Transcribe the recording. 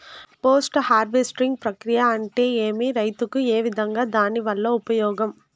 Post harvesting ప్రక్రియ అంటే ఏమి? రైతుకు ఏ విధంగా దాని వల్ల ఉపయోగం?